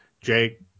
Jake